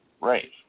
Right